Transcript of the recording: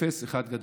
אפס אחד גדול.